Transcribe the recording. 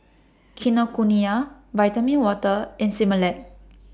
Kinokuniya Vitamin Water and Similac